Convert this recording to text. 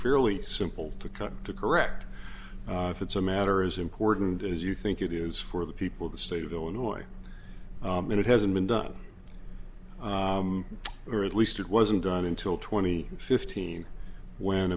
fairly simple to cut to correct if it's a matter as important as you think it is for the people of the state of illinois and it hasn't been done or at least it wasn't done until twenty fifteen when